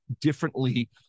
differently